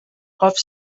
golf